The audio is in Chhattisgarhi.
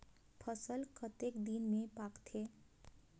फसल कतेक दिन मे पाकथे?